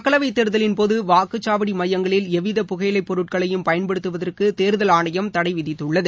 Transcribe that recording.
மக்களவை தேர்தலின்போது வாக்குச்சாவடி எமயங்களில் எவ்வித புகையிலை பொருள்களைவும் பயன்படுத்துவதற்கு தேர்தல் ஆணையம் தடை விதித்துள்ளது